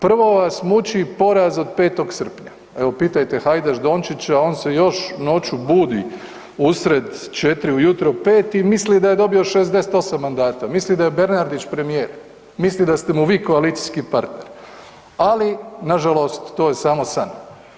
Prvo vas muči poraz od 5. srpnja, evo pitajte Hajdaš Dončića, on se još noću budi usred 4 ujutro 5 i misli da je dobio 68 mandata, misli da je Bernardić premijer i misli da ste mu vi koalicijski partner, ali nažalost to je samo san.